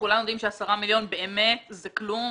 כולם אומרים ש-10 מיליון שקלים זה כלום.